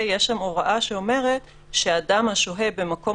יש שם הוראה שאומרת שאדם השוהה במקום